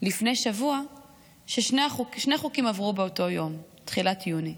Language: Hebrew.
לפני שבוע ששני חוקים עברו באותו יום בתחילת יוני: